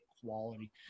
quality